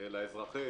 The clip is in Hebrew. לאזרחים